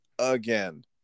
again